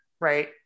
Right